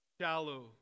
Shallow